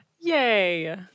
Yay